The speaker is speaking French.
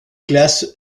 classe